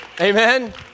Amen